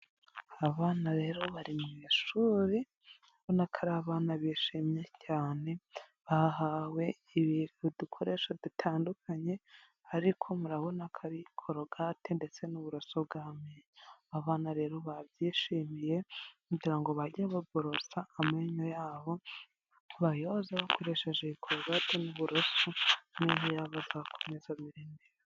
Abana rero bari mu ishuri ubona ko ari abana bishimye cyane bahawe udukoresho dutandukanye, ariko murabona ko ari korogate ndetse n'uburoso bw'amenyo, abana rero babyishimiye kugira ngo bajye baborosa amenyo yabo, bayoze bakoresheje korogate n'uburoso, amenyo yabo azakomeze amere neza.